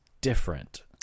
different